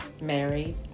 married